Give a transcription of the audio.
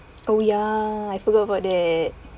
oh ya I forgot about that